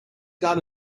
got